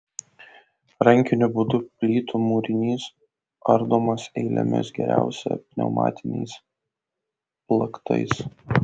rankiniu būdu plytų mūrinys ardomas eilėmis geriausia pneumatiniais plaktais